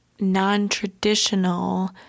non-traditional